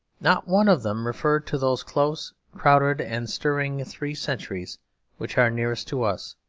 not one of them referred to those close, crowded, and stirring three centuries which are nearest to us,